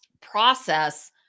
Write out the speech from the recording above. process